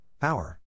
power